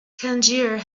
tangier